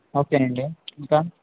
okay అండి ఇంకా